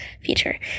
feature